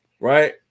right